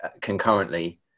concurrently